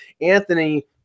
Anthony